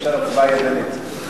אפשר הצבעה ידנית.